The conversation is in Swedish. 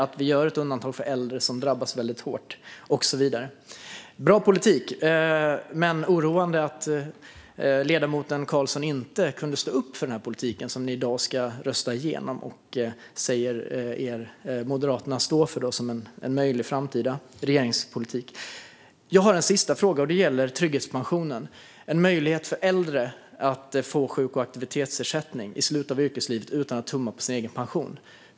Vi gör ett undantag för äldre som drabbas väldigt hårt och så vidare. Bra politik! Men det är oroande att ledamoten Karlsson inte kunde stå upp för den politik som man i dag ska rösta igenom och som Moderaterna säger sig stå för som en möjlig framtida regeringspolitik. Jag har en sista fråga. Den gäller trygghetspensionen - möjligheten för äldre att få sjuk och aktivitetsersättning i slutet av yrkeslivet utan att tumma på sin egen pension.